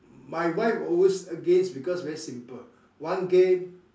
my wife always against because very simple one game